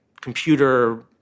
computer